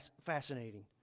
fascinating